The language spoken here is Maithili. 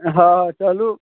हँ चलू